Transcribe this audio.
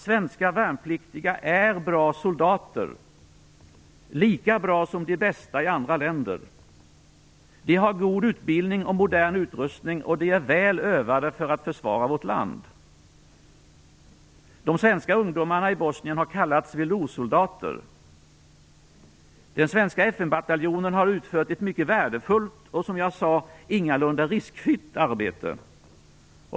Svenska värnpliktiga är bra soldater, lika bra som de bästa i andra länder. De har god utbildning och modern utrustning, och de är väl övade för att försvara vårt land. De svenska ungdomarna i Bosnien har kallats "veloursoldater". Den svenska FN-bataljonen har utfört ett mycket värdefullt och, som jag sade, ingalunda riskfritt arbete.